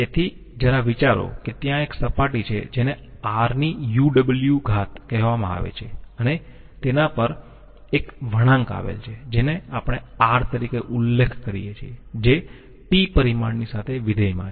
તેથી જરા વિચારો કે ત્યાં એક સપાટી છે જેને Ruw કહેવામાં આવે છે અને તેના પર એક વળાંક આવેલ છે જેને આપણે R તરીકે ઉલ્લેખ કરીયે છીએ જે t પરિમાણની સાથે વિધેય માં છે